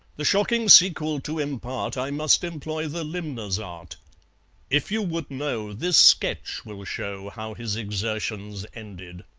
the shocking sequel to impart, i must employ the limner's art if you would know, this sketch will show how his exertions ended.